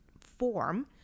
form